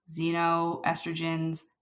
xenoestrogens